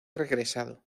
regresado